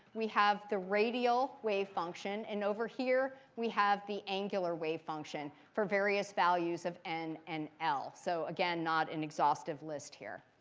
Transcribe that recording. we have the radial wave function, and over here we have the angular wave function, for various values of n and l. so again, not an exhaustive list here.